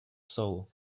soul